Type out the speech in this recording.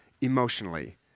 emotionally